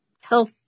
health